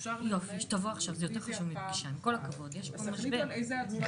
לא, יש לה זכות ראשונים, אבל אין לה זכות